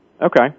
Okay